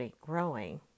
growing